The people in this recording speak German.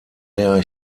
der